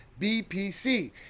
BPC